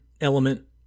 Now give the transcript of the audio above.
element